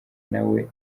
nawe